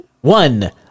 One